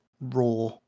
raw